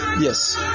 yes